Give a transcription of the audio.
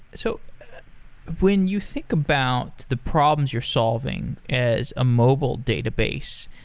so when you think about the problems you're solving as a mobile database,